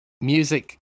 music